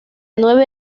nueve